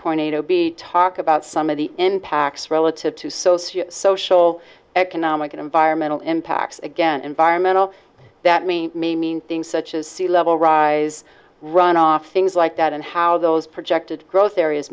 point eight zero b talk about some of the impacts relative to socio social economic and environmental impacts again environmental that means me mean things such as sea level rise runoff things like that and how those projected growth areas